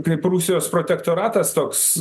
prie prusijos protektoratas toks